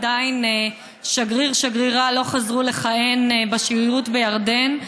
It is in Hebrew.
עדיין שגריר או שגרירה לא חזרו לכהן בשגרירות בירדן,